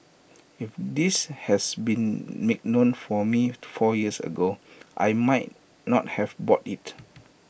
if this had been made known to me four years ago I might not have bought IT